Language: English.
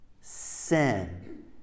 Sin